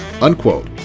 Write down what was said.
unquote